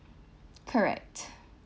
correct